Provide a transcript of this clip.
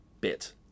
bit